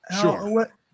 Sure